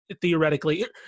theoretically